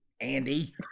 Andy